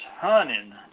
hunting